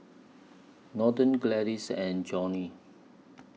Norton Gladis and Johnnie